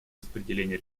распределение